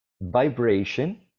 vibration